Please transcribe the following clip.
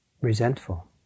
resentful